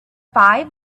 five